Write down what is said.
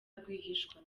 rwihishwa